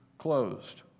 closed